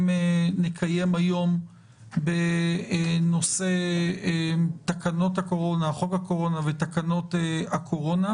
היום בנושא חוק הקורונה ותקנות הקורונה.